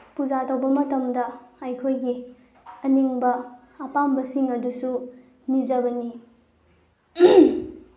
ꯄꯨꯖꯥ ꯇꯧꯕ ꯃꯇꯝꯗ ꯑꯩꯈꯣꯏꯒꯤ ꯑꯅꯤꯡꯕ ꯑꯄꯥꯝꯕꯁꯤꯡ ꯑꯗꯨꯁꯨ ꯅꯤꯖꯕꯅꯤ